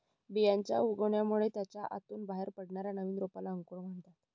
बियांच्या उगवणामुळे त्याच्या आतून बाहेर पडणाऱ्या नवीन रोपाला अंकुर म्हणतात